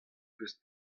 peus